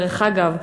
דרך אגב,